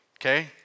Okay